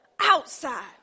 outside